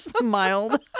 mild